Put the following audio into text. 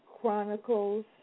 Chronicles